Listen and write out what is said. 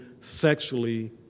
sexually